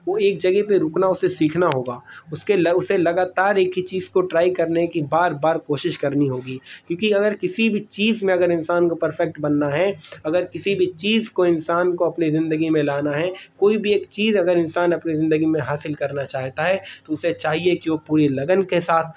وہ ایک جگہ پہ رکنا اسے سیکھنا ہوگا اس کے اسے لگاتار ایک ہی چیز کو ٹرائی کرنے کی بار بار کوشش کرنی ہوگی کیونکہ اگر کسی بھی چیز میں اگر انسان کو پرفیکٹ بننا ہے اگر کسی بھی چیز کو انسان کو اپنی زندگی میں لانا ہے کوئی بھی ایک چیز اگر انسان اپنی زندگی میں حاصل کرنا چاہتا ہے تو اسے چاہیے کہ وہ پوری لگن کے ساتھ